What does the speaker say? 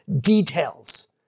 details